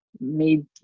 made